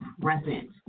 present